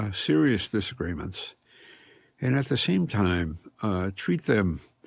ah serious disagreements, and at the same time treat them